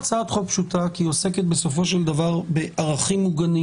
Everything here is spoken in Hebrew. כי היא עוסקת בסופו של דבר בערכים מוגנים